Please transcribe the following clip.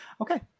Okay